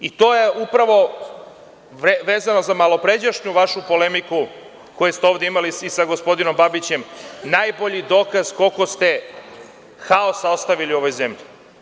I to je upravo vezano za malopređašnju vašu polemiku koju ste ovde imali svi sa gospodinom Babićem, najbolji dokaz koliko ste haosa ostavili u ovoj zemlji.